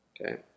okay